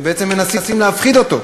בעצם, מנסים להפחיד אותו.